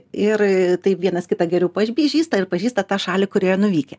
ir taip vienas kitą geriau pažįsta ir pažįsta tą šalį kurioje nuvykę